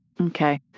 Okay